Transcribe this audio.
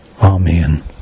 Amen